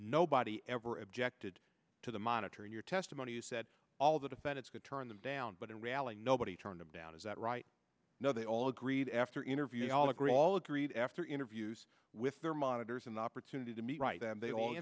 nobody ever objected to the monitoring your testimony you said all the defendants could turn them down but in reality nobody turned them down is that right no they all agreed after interviewing all agree all agreed after interviews with their monitors and the opportunity to meet right that they all